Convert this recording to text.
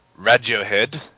Radiohead